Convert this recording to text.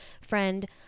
friend